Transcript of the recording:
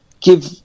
give